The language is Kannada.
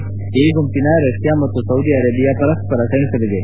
ಎ ಗುಂಪಿನ ರಷ್ಯಾ ಮತ್ತು ಸೌದಿ ಅರೇಬಿಯಾ ಪರಸ್ಪರ ಸೆಣಸಲಿವೆ